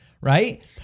right